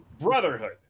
Brotherhood